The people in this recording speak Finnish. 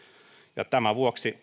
tämän vuoksi